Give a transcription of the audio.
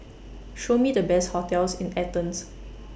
Show Me The Best hotels in Athens